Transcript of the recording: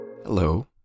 Hello